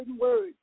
words